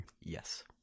Yes